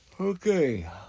Okay